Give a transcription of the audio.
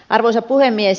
arvoisa puhemies